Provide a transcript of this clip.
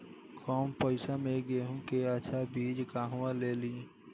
कम पैसा में गेहूं के अच्छा बिज कहवा से ली?